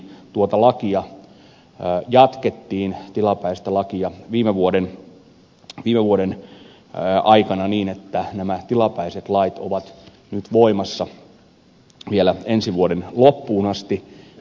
tuota tilapäistä lakia jatkettiin viime vuoden aikana niin että nämä tilapäiset lait ovat nyt voimassa vielä ensi vuoden loppuun asti